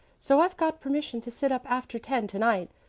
so i've got permission to sit up after ten to-night.